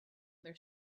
their